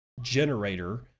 generator